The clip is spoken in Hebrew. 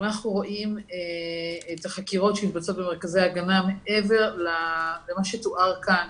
אנחנו רואים את החקירות שמתבצעות במרכזי ההגנה מעבר למה שתואר כאן